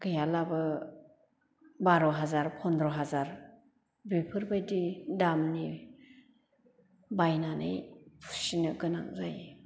गैयालाबो बार' हाजार फन्द्र हाजार बेफोरबायदि दामनि बायनानै फुसिनो गोनां जायो